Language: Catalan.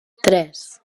tres